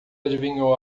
adivinhou